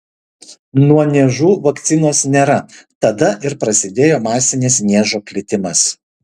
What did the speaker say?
nuo niežų vakcinos nėra tada ir prasidėjo masinis niežo plitimas